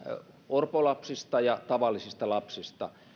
orpolapsista ja tavallisista lapsista